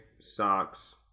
socks